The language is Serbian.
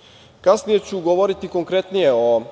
ljudima. Kasnije ću govoriti konkretnije o